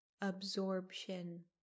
absorption